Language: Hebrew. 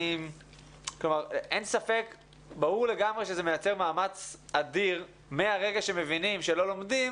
ברור לגמרי שזה מייצר מאמץ אדיר מהרגע שמבינים שלא לומדים